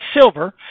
silver